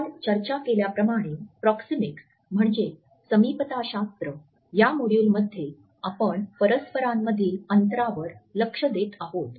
आपण चर्चा केल्याप्रमाणे प्रॉक्सॅमिक्स म्हणजे समीपता शास्त्र या मॉड्यूल मध्ये आपण परस्परांमधील अंतरावर लक्ष्य देत आहोत